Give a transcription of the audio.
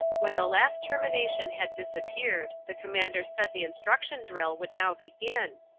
when the last termination had disappeared, the commander said the instruction drill would now begin,